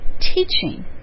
teaching